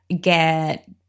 get